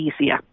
easier